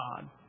God